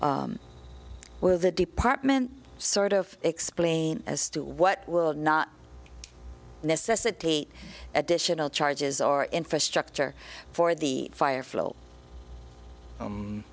where the department sort of explain as to what will not necessitate additional charges or infrastructure for the fire flow